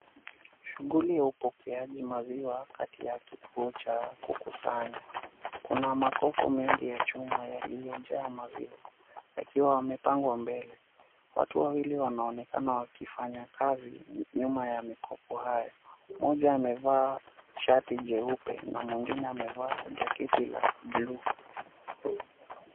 Shughuli ya upokeaji maziwa kati ya kituo cha kukusanya. Kuna makopo mengi ya chuma yaliyojaa maziwa. Yakiwa yamepangwa mbele. Watu wawili wanaonekana wakifanya kazi nyuma ya makopo hayo. Mmoja amevaa shati jeupe na mwingine amevaa jaketi la blue .